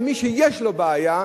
מי שיש לו בעיה,